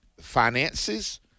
finances